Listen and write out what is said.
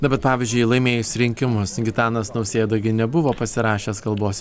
na bet pavyzdžiui laimėjus rinkimus gitanas nausėda gi nebuvo pasirašęs kalbos